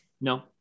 No